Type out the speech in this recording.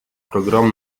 программ